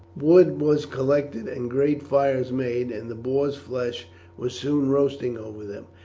wood was collected and great fires made, and the boars' flesh was soon roasting over them.